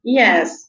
yes